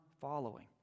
following